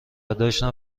داشتم